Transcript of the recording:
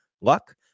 luck